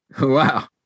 Wow